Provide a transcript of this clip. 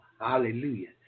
Hallelujah